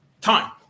time